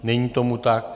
Není tomu tak.